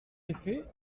effet